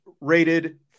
rated